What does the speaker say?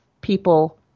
people